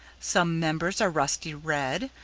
some members are rusty red,